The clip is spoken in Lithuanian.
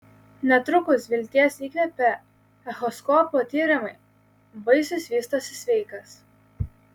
netrukus vilties įkvėpė echoskopo tyrimai vaisius vystosi sveikas